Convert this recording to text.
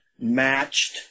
matched